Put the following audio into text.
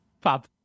Fab